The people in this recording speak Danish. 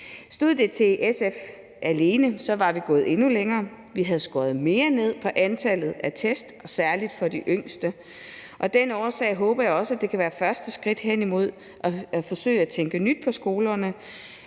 Stod det til SF alene, var vi gået endnu længere. Vi havde skåret mere ned for antallet af test, særlig for de yngste. Af den årsag håber jeg også, at det kan være første skridt hen imod at forsøge at tænke nyt på skolerne,